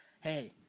hey